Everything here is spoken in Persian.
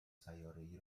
سیارهای